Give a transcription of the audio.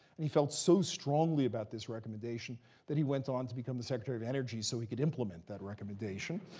and he felt so strongly about this recommendation that he went on to become the secretary of energy, so he could implement that recommendation.